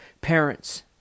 Parents